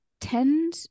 tend